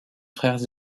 frères